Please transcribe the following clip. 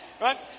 Right